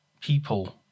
people